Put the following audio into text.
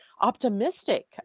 optimistic